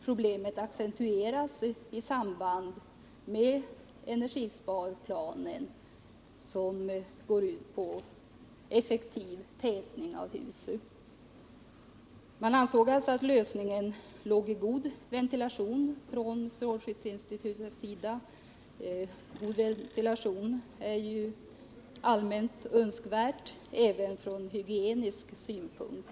Problemet accentueras i samband med energisparplanen, som går ut på effektiv tätning av hus. Strålskyddsinstitutet ansåg alltså att lösningen var god ventilation, och god ventilation är ju allmänt önskvärd även från hygienisk synpunkt.